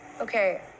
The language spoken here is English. okay